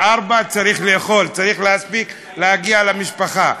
ב-04:00 צריך לאכול, צריך להספיק להגיע למשפחה.